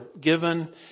given